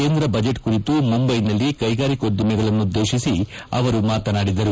ಕೇಂದ್ರ ಬಜೆಟ್ ಕುರಿತು ಮುಂಬೈನಲ್ಲಿ ಕ್ಕೆಗಾರಿಕೋದ್ಭಮಿಗಳನ್ನುದ್ದೇಶಿಸಿ ಅವರು ಮಾತನಾಡಿದರು